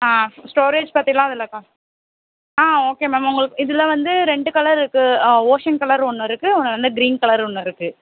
ஆ storage பற்றிலாம் அதில் க ஆ ஓகே மேம் உங்களுக்கு இதில் வந்து ரெண்டு கலர் இருக்கு ஓஷன் கலர் ஒன்று இருக்கு ஒன்று வந்து க்ரீன் கலர் ஒன்று இருக்கு